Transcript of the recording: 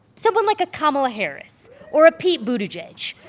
someone like a kamala harris or a pete buttigieg,